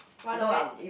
one of it